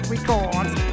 Records